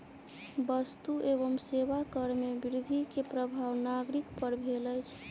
वस्तु एवं सेवा कर में वृद्धि के प्रभाव नागरिक पर भेल अछि